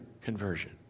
conversion